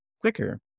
quicker